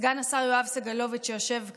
סגן השר יואב סגלוביץ', שיושב כאן,